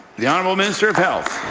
the honourable minister of health.